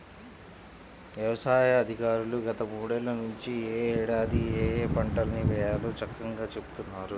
యవసాయ అధికారులు గత మూడేళ్ళ నుంచి యే ఏడాది ఏయే పంటల్ని వేయాలో చక్కంగా చెబుతున్నారు